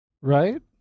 Right